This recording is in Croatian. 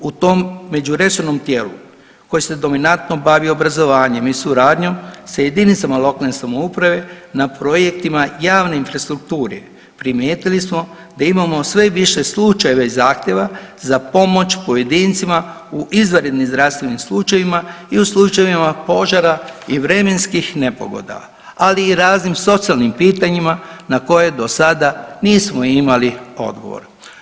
U tom međuresornom tijelu koji se dominantno bavi obrazovanjem i suradnjom sa jedinicama lokalne samouprave na projektima javnoj infrastrukturi primijetili smo da imamo sve više slučajeva i zahtjeva za pomoć pojedincima u izvanrednim zdravstvenim slučajevima i u slučajevima požara i vremenskih nepogoda, ali i raznim socijalnim pitanjima na koje do sada nismo imali odgovor.